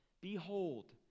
Behold